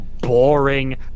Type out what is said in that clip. boring